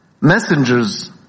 messengers